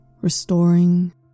restoring